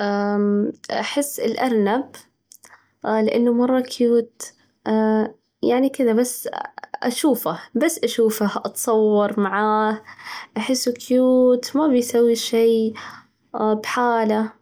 أمم أحس الأرنب، لأنه مرة كيوت، يعني كذا بس أشوفه، بس أشوفه، أتصور معاه، أحسه كيوت، ما بيسوي شي، بحاله،